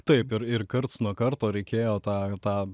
taip ir ir karts nuo karto reikėjo tą tą